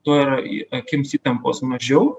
tuo yra į akims įtampos mažiau